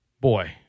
boy